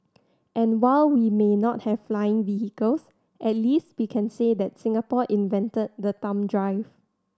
and while we may not have flying vehicles at least we can say that Singapore invented the thumb drive